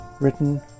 written